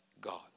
God